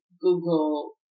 google